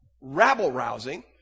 rabble-rousing